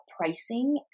pricing